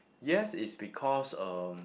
yes it's because um